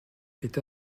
est